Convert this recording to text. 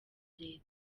leta